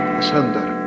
asunder